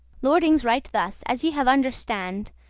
lordings, right thus, as ye have understand,